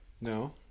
no